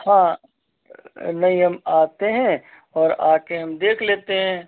हाँ नहीं हम आते हैं और आ कर हम देख लेते हैं